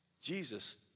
Jesus